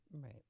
Right